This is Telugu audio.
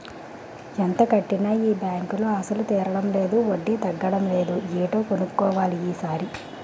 ఎంత కట్టినా ఈ బాంకులో అసలు తీరడం లేదు వడ్డీ తగ్గడం లేదు ఏటో కన్నుక్కోవాలి ఈ సారి